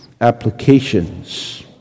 applications